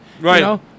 Right